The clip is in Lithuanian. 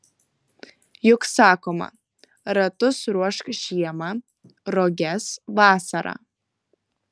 juk sakoma ratus ruošk žiemą roges vasarą